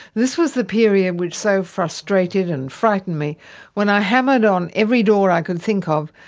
this was the period which so frustrated and frightened me when i hammered on every door i could think of,